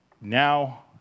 now